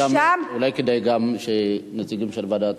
אולי כדאי גם שנציגים של ועדת